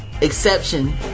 exception